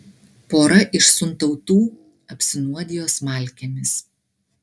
pora iš suntautų apsinuodijo smalkėmis